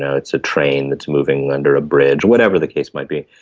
ah it's a train that is moving under a bridge, whatever the case may be.